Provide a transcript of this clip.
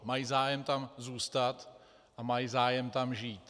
Mají zájem tam zůstat a mají zájem tam žít.